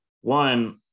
one